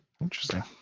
Interesting